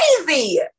Crazy